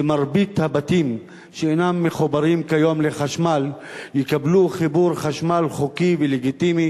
שרוב הבתים שאינם מחוברים כיום לחשמל יקבלו חיבור חשמל חוקי ולגיטימי